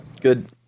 good